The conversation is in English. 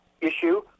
issue